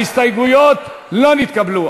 ההסתייגויות לא נתקבלו.